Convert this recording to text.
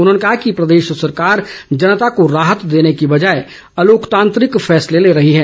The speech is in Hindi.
उन्होंने कहा कि प्रदेश सरकार जनता को राहत देने की वजाए अलोकतांत्रिक फैसले ले रही है